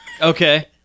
Okay